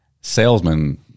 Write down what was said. salesman